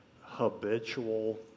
habitual